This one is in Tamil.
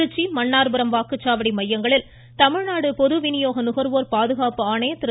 திருச்சி மன்னார்புரம் வாக்குச்சாவடி மையங்களில் தமிழ்நாடு பொது வினியோக நுகர்வோர் பாதுகாப்பு ஆணையா் திரு